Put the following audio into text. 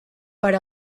per